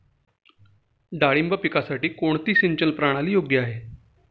डाळिंब पिकासाठी कोणती सिंचन प्रणाली योग्य आहे?